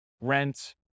rent